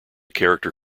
character